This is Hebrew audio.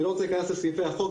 אני לא רוצה להיכנס לסעיפי החוק,